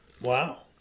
Wow